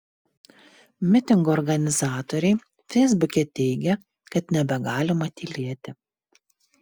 mitingo organizatoriai feisbuke teigė kad nebegalima tylėti